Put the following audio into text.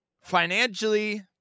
Financially